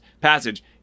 passage